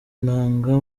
inanga